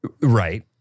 Right